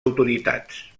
autoritats